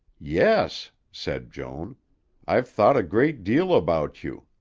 yes, said joan i've thought a great deal about you.